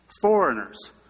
foreigners